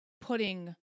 putting